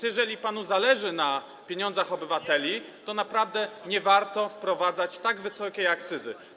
Jeżeli więc panu zależy na pieniądzach obywateli, to naprawdę nie warto wprowadzać tak wysokiej akcyzy.